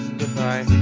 goodbye